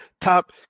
top